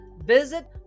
visit